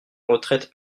retraite